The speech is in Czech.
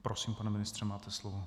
Prosím, pane ministře, máte slovo.